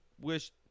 wish